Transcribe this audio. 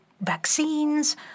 vaccines